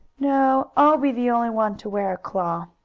no, i'll be the only one to wear a claw,